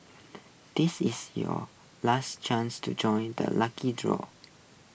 this is your last chance to join the lucky draw